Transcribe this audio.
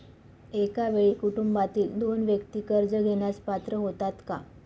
एका वेळी कुटुंबातील दोन व्यक्ती कर्ज घेण्यास पात्र होतात का?